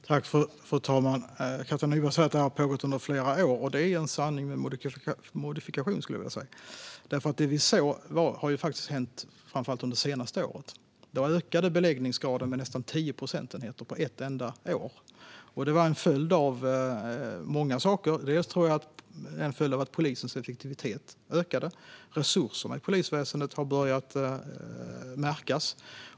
Fru ålderspresident! Katja Nyberg säger att detta har pågått under flera år. Det är en sanning med modifikation. Detta har framför allt hänt under det senaste året. På ett enda år ökade beläggningsgraden med nästan 10 procentenheter. Det var en följd av många saker. Dels tror jag att det var en följd av att polisens effektivitet ökade. Resurserna i polisväsendet har börjat märkas.